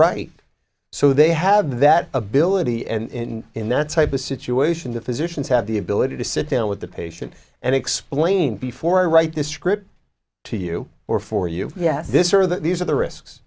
right so they have that ability and in that type of situation the physicians have the ability to sit down with the patient and explain before i write this script to you or for you yes this or that these are the risks